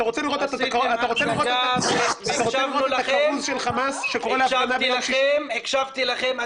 אתה רוצה לראות את הכרוז של חמאס שקורה להפגנה --- הקשבתי לכם,